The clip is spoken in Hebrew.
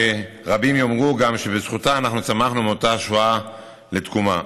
רבים יאמרו גם שבזכותם אנחנו צמחנו מאותה שואה לתקומה.